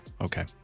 okay